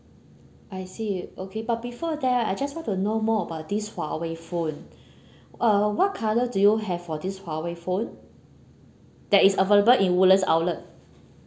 I see okay but before that I just want to know more about this huawei phone uh what colour do you have for this huawei phone that is available in woodlands outlet